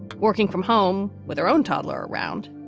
working from home with their own toddler around.